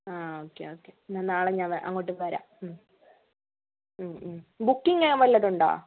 ആ okay okay എന്നാൽ നാളെ ഞാൻ അങ്ങോട്ട് വരാം ബുക്കിംഗ് വല്ലതും ഉണ്ടോ